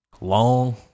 Long